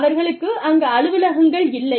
அவர்களுக்கு அங்கு அலுவலகங்கள் இல்லை